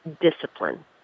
discipline